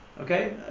Okay